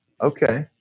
Okay